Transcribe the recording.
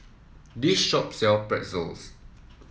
this shop sell Pretzels